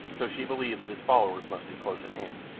so she believed that his followers must be close at hand.